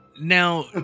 now